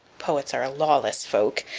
poets are a lawless folk,